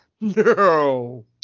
No